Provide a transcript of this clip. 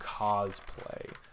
cosplay